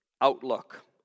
outlook